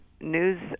news